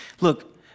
Look